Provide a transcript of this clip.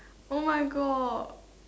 oh my God